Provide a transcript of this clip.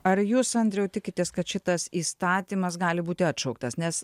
ar jūs andriau tikitės kad šitas įstatymas gali būti atšauktas nes